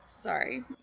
sorry